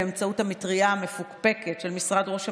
באמצעות המטרייה המפוקפקת של משרד ראש הממשלה,